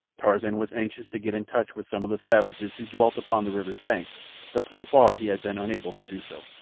tarzan was anxious to get in touch with some of the savages who dwelt upon the river's banks, but so far he had been unable to do so.